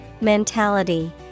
Mentality